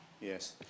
yes